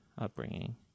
upbringing